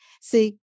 See